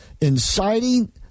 inciting